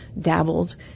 dabbled